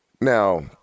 Now